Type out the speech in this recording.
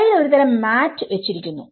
തറ യിൽ ഒരു തരം മാറ്റ് വെച്ചിരിക്കുന്നു